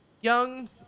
young